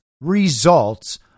results